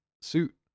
suit